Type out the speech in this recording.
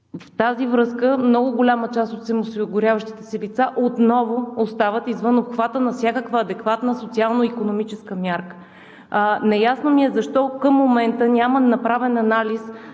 с това много голяма част от самоосигуряващите се лица отново остават извън обхвата на всякаква адекватна, социално икономическа мярка. Неясно ми е защо към момента няма направен анализ